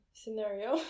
scenario